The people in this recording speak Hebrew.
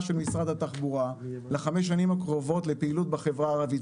של משרד התחבורה ל-5 השנים הקרובות לפעילות בחברה הערבית.